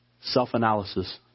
self-analysis